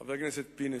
חבר הכנסת פינס,